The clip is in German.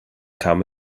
kam